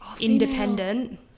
independent